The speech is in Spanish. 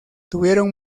tuvieron